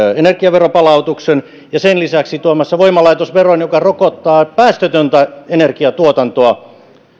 energiaveron palautuksen ja sen lisäksi tuomassa voimalaitosveron joka rokottaa päästötöntä energiatuotantoa